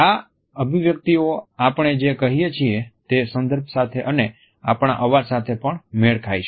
આ અભિવ્યક્તિઓ આપણે જે કહીએ છીએ તે સંદર્ભ સાથે અને આપણા અવાજ સાથે પણ મેળ ખાય છે